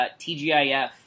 TGIF